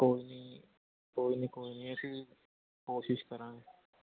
ਕੋਈ ਨਹੀਂ ਕੋਈ ਨਹੀਂ ਕੋਈ ਨਹੀਂ ਅਸੀਂ ਕੋਸ਼ਿਸ਼ ਕਰਾਂਗੇ